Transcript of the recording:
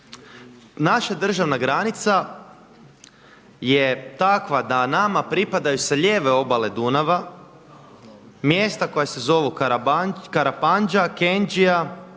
Naša državna granica je takva da nama pripadaju sa lijeve obale Dunava mjesta koja se zovu Karapandža, Kenđija,